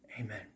Amen